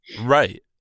right